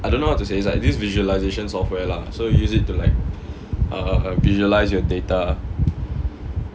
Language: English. I don't know how to say it's like this visualization software lah so you use it to like visualize your data